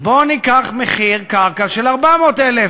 בוא ניקח מחיר קרקע של 400,000,